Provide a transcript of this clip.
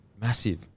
Massive